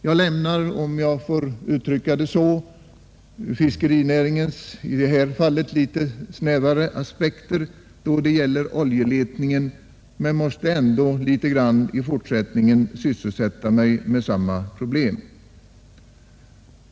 Jag lämnar — om jag får uttrycka det så — fiskerinäringens i detta fall litet snävare aspekter då det gäller oljeletningen men måste ändå litet grand i fortsättningen sysselsätta mig med samma problem.